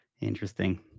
Interesting